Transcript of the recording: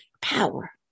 power